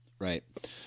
Right